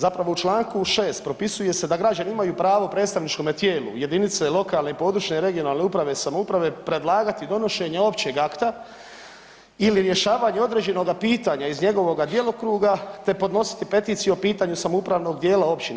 Zapravo u članku 6. propisuje se da građani imaju pravo predstavničkome tijelu jedinice lokalne i područne (regionalne) uprave i samouprave predlagati donošenje općeg akta ili rješavanje određenoga pitanja iz njegova djelokruga, te podnositi peticiju o pitanju samoupravnog dijela općine.